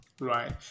right